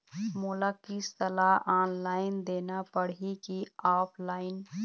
मोला किस्त ला ऑनलाइन देना पड़ही की ऑफलाइन?